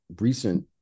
recent